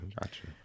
gotcha